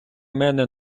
мене